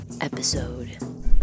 Episode